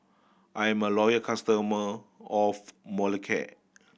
I am a loyal customer of Molicare